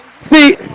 See